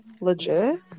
Legit